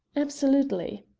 absolutely.